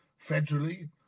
federally